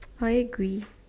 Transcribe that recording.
are you grey